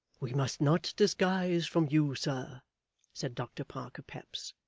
we must not disguise from you, sir said doctor parker peps,